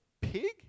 pig